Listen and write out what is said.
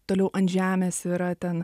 toliau ant žemės yra ten